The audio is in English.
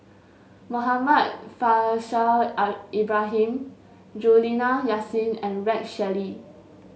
Muhammad Faishal Ibrahim Juliana Yasin and Rex Shelley